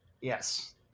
Yes